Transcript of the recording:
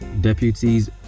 deputies